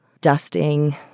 dusting